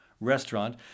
Restaurant